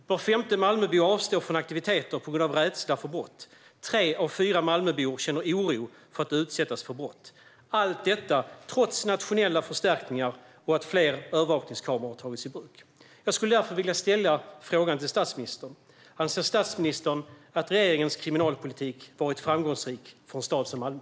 Var femte Malmöbo avstår från aktiviteter på grund av rädsla för brott. Tre av fyra Malmöbor känner oro för att utsättas för brott. Allt detta är fallet trots nationella förstärkningar och trots att fler övervakningskameror tagits i bruk. Jag skulle därför vilja fråga statsministern: Anser statsministern att regeringens kriminalpolitik varit framgångsrik för en stad som Malmö?